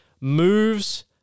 moves